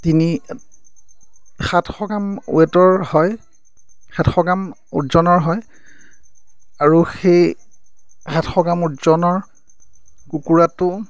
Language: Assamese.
তিনি সাতশ গ্ৰাম ৱেটৰ হয় সাতশ গ্ৰাম ওজনৰ হয় আৰু সেই সাতশ গ্ৰাম ওজনৰ কুকুৰাটো